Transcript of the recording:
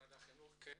משרד החינוך בבקשה.